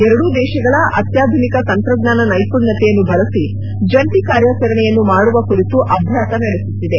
ಎರಡೂ ದೇಶಗಳ ಅತ್ಯಾಧುನಿಕ ತಂತ್ರಜ್ಞಾನ ನೈಪುಣ್ಯತೆಯನ್ನು ಬಳಸಿ ಜಂಟ ಕಾರ್ಯಾಚರಣೆಯನ್ನು ಮಾಡುವ ಕುರಿತು ಅಭ್ಯಾಸ ನಡೆಸುತ್ತಿದೆ